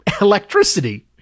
electricity